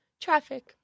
Traffic